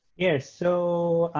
yes. so